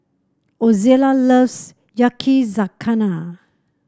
Ozella loves Yakizakana